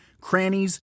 crannies